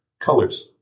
colors